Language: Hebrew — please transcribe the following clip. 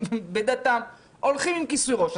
ובגתם הולכים עם כיסוי ראש.